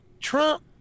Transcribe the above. trump